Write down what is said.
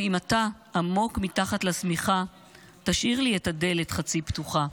/ ואם אתה עמוק מתחת לשמיכה /תשאיר לי את הדלת חצי פתוחה.